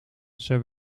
zij